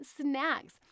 snacks